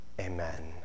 Amen